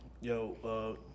Yo